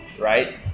right